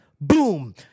boom